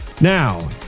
Now